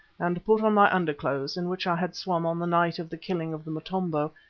and put on my underclothes, in which i had swum on the night of the killing of the motombo,